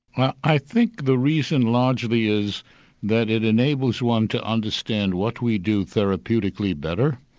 i think the reason largely is that it enables one to understand what we do therapeutically better,